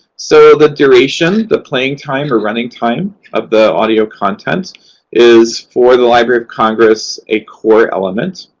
so, the duration the playing time or running time of the audio content is, for the library of congress, a core element.